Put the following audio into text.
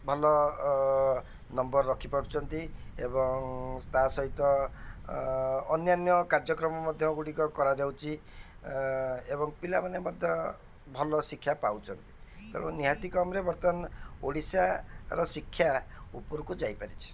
ଭଲ ନମ୍ବର ରଖିପାରୁଛନ୍ତି ଏବଂ ତା ସହିତ ଅନ୍ୟାନ୍ୟ କାର୍ଯ୍ୟକ୍ରମ ମଧ୍ୟ ଗୁଡ଼ିକ କରାଯାଉଛି ଏବଂ ପିଲାମାନେ ମଧ୍ୟ ଭଲ ଶିକ୍ଷା ପାଉଛନ୍ତି ତେଣୁ ନିହାତି କମ୍ରେ ବର୍ତ୍ତମାନ ଓଡ଼ିଶାର ଶିକ୍ଷା ଉପରକୁ ଯାଇପାରିଛି